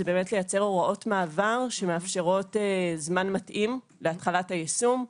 לייצר הוראות מעבר שמאפשרות זמן מתאים להתחלת היישום.